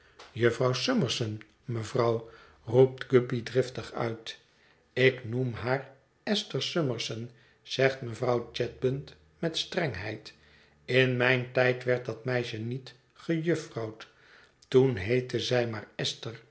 jufvrouw summerson mevrouw roept guppy driftig uit ik noem haar esther summerson zegt mevrouw chadband met strengheid in mijn tijd werd dat meisje niet gejufvrouwd toen heette zij maar esther